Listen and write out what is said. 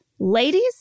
Ladies